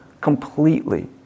completely